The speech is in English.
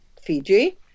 Fiji